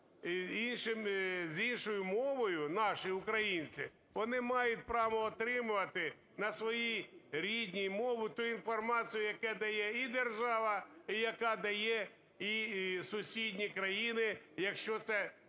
з іншою мовою – наші українці, вони мають право отримувати на своїй рідній мові ту інформацію, яку дає і держава і яку дають і сусідні країни, якщо це